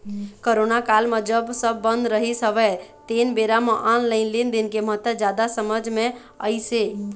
corona काल म जब सब बंद रहिस हवय तेन बेरा म ऑनलाइन लेनदेन के महत्ता जादा समझ मे अइस हे